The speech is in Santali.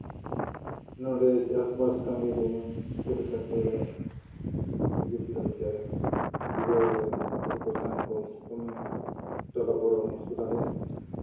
ᱱᱚᱸᱰᱮ ᱪᱟᱥᱵᱟᱥ ᱠᱟᱹᱢᱤ ᱨᱮ ᱪᱮᱫᱞᱮᱠᱟ ᱛᱮ ᱮᱜᱽᱨᱤᱠᱟᱞᱪᱟᱨ ᱵᱤᱵᱷᱟᱜᱽ ᱨᱮᱱ ᱦᱚᱲ ᱠᱚ ᱥᱟᱝ ᱠᱚᱢ ᱥᱮ ᱠᱚᱢᱮ ᱥᱚᱞᱟ ᱯᱚᱨᱟᱢᱚᱨᱥᱚ ᱫᱟᱲᱮᱭᱟᱜ ᱢᱟ